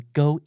go